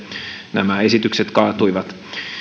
nämä esitykset kaatuivat